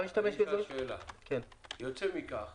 יוצא מכך